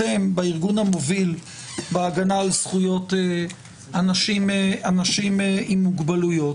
אתם בארגון המוביל בהגנה על זכויות אנשים עם מוגבלויות,